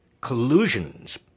collusions